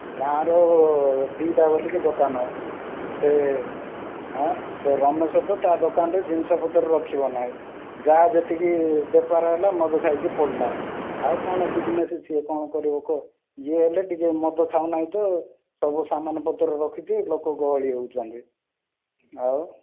ଗାଁର ଦୁଇଟା ବୋଲିକି ଦୋକାନ ସେ ହାଁ ସେ ରମେଶ ତ ତା' ଦୋକାନରେ ଜିନିଷପତ୍ର ରଖିବ ନାଇଁ ଯା ଯେତିକି ବେପାର ହେଲା ମଦ ଖାଇକି ପଡ଼ିଲା ଆଉ କ'ଣ ବିଜିନେସ୍ ସିଏ କରିବ କ'ଣ କହ ଯିଏ ହେଲେ ଟିକେ ମଦ ଖାଉନାଇଁ ତ ସବୁ ସାମାନ୍ ପତର୍ ରଖିଛି ଲୋକ ଗହଳି ହେଉଛନ୍ତି ଆଉ